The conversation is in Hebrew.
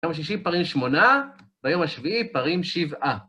ביום השישי פרים שמונה, ביום השביעי פרים שבעה.